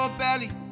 belly